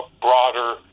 broader